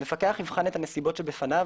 המפקח יבחן את הנסיבות שבפניו,